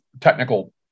technical